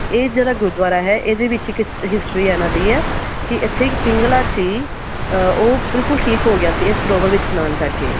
ਇਹ ਜਿਹੜਾ ਗੁਰਦੁਆਰਾ ਹੈ ਇਹਦੇ ਵਿੱਚ ਇੱਕ ਹਿਸਟਰੀ ਇਹਨਾਂ ਦੀ ਹੈ ਕਿ ਇੱਥੇ ਪਿੰਗਲਾ ਸੀ ਉਹ ਬਿਲਕੁਲ ਠੀਕ ਹੋ ਗਿਆ ਸੀ ਇਸ ਸਰੋਵਰ ਵਿੱਚ ਇਸ਼ਨਾਨ ਕਰਕੇ